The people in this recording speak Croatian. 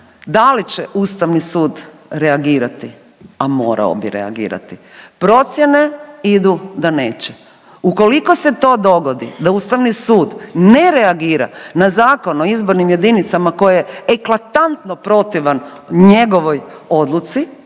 Da li će Ustavni sud reagirati, a morao bi reagirati. Procjene idu da neće. Ukoliko se to dogodi da Ustavni sud ne reagira na Zakon o izbornim jedinicama koji je eklatantno protivan njegovoj odluci